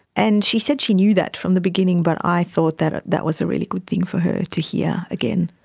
and she said she knew that from the beginning, but i thought that ah that was a really good thing for her to hear again.